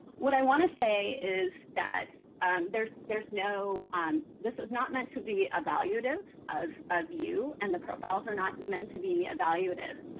what i want to say is that there's there's no um this is not meant to be evaluative of of you and the profiles are not meant to be evaluative.